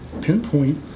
pinpoint